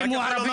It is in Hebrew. רק אם הוא ערבי.